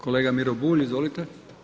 Kolega Miro Bulj, izvolite.